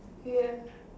ya